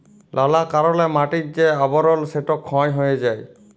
লালা কারলে মাটির যে আবরল সেট ক্ষয় হঁয়ে যায়